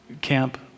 camp